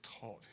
taught